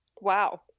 Wow